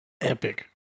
epic